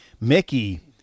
Mickey